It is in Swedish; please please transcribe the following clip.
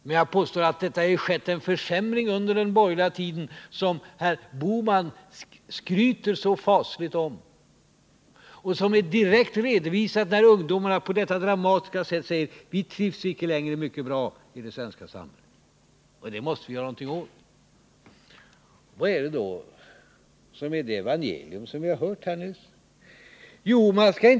Men jag påstår att det har skett en försämring under den borgerliga tiden, som herr Bohman skryter så fasligt om, som direkt redovisas när ungdomarna på ett dramatiskt sätt säger: Vi trivs icke längre mycket bra i det svenska samhället. Detta måste vi göra någonting åt. Vad innebär då det evangelium som vi har hört här nyss?